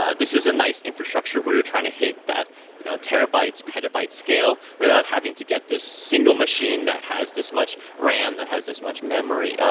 ah this is a nice infrastructure where you're trying to hit that you know terabytes, petabytes scale without having to get this single machine that has this much ram, that has this much memory,